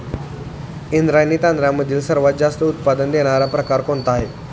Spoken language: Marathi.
इंद्रायणी तांदळामधील सर्वात जास्त उत्पादन देणारा प्रकार कोणता आहे?